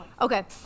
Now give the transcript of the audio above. Okay